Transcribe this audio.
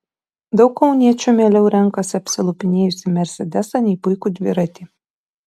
daug kauniečių mieliau renkasi apsilupinėjusį mersedesą nei puikų dviratį